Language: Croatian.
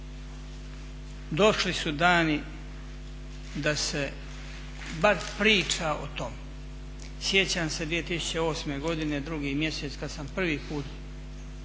došli su dani da se bar priča o tom. Sjećam se 2008. godine drugi mjesec kad sam prvi put upozorio